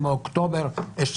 מאוקטובר 2014,